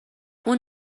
اون